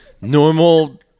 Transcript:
normal